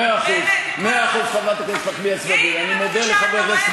ממתי אתה מומחה, תסלח לי, לנימוסים